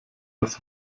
das